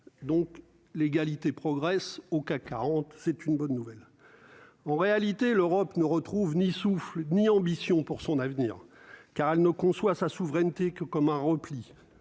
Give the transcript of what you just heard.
donc l'égalité progresse au CAC 40 c'est une bonne nouvelle, en réalité, l'Europe ne retrouve ni souffle ni ambition pour son avenir, car elle ne conçoit sa souveraineté que comme un repli